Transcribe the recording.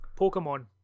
Pokemon